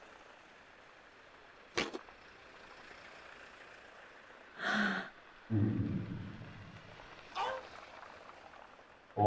ꯍꯥꯏꯗꯤ ꯀꯩꯅꯣꯒꯤ ꯗꯤꯂꯤꯕꯔꯒꯤ ꯑꯩꯈꯣꯏ ꯆꯥꯔꯖ ꯂꯧꯗꯣꯏꯁꯦ ꯁꯝꯅ ꯍꯥꯏꯔꯕꯗ ꯂꯨꯄꯥ ꯂꯤꯁꯤꯡ ꯃꯉꯥꯕꯨ